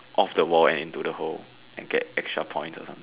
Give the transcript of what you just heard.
off the wall and into the hole and get extra points or something